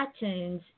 iTunes